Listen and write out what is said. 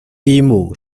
嫡母